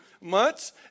months